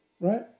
Right